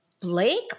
Blake